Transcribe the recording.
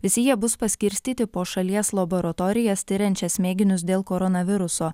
visi jie bus paskirstyti po šalies laboratorijas tiriančias mėginius dėl koronaviruso